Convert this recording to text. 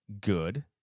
good